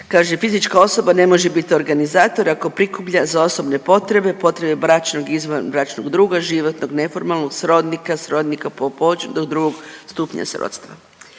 fizička osoba ne može biti organizator ako prikuplja za osobne potrebe, potrebe bračnog i izvanbračnog druga, životnog neformalnog srodnika, srodnika po…/Govornik se ne razumije./…do drugog stupnja srodstva.